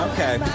Okay